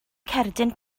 cerdyn